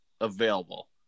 available